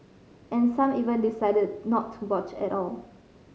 and some even decided not to watch at all